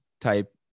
type